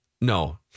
No